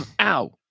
ow